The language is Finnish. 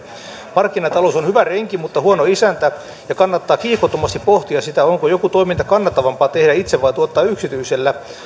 markkinatalous on hyvä renki mutta huono isäntä ja kannattaa kiihkottomasti pohtia sitä onko jokin toiminta kannattavampaa tehdä itse vai tuottaa yksityisellä